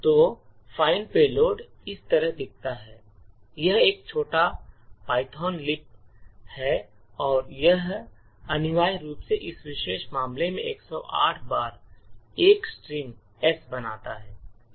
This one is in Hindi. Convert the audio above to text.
तो find payload इस तरह दिखता है यह एक छोटा पाइथन लिपि है और यह अनिवार्य रूप से इस विशेष मामले में 108 बार एक स्ट्रिंग S बनाता है